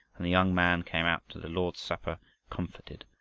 and the young man came out to the lord's supper comforted,